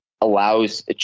allows